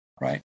Right